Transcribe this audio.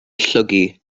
llwgu